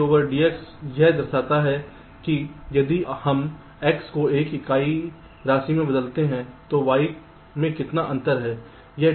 dy dx यह दर्शाता है कि यदि हम x को एक इकाई राशि से बदलते हैं तो y में कितना अंतर है